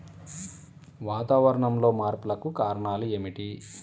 వాతావరణంలో మార్పులకు కారణాలు ఏమిటి?